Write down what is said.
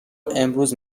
امروز